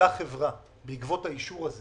לחברה בעקבות האישור הזה